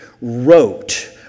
wrote